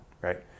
right